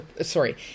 sorry